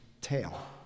tail